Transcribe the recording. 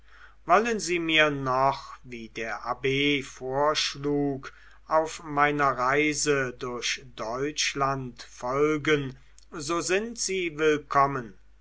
wollen sie mir noch wie der abb vorschlug auf meiner reise durch deutschland folgen so sind sie willkommen